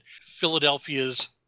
Philadelphia's